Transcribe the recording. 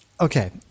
Okay